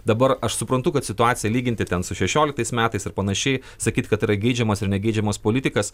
dabar aš suprantu kad situaciją lyginti ten su šešioliktais metais ir panašiai sakyt kad tai yra geidžiamas ar negeidžiamas politikas